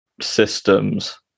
systems